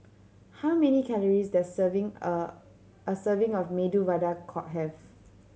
how many calories does serving a a serving of Medu Vada have